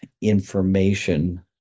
information